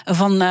van